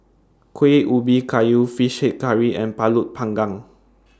Kuih Ubi Kayu Fish Head Curry and Pulut Panggang